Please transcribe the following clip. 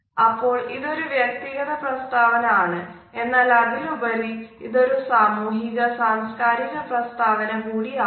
അപ്പോൾ ഇതൊരു വ്യക്തിഗത പ്രസ്താവന ആണ് എന്നാൽ അതിലുപരി ഇതൊരു സാമൂഹിക സാംസ്കാരിക പ്രസ്താവന കൂടി ആകുന്നു